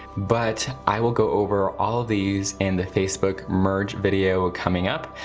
but i will go over all these in the facebook merge video coming up.